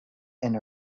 and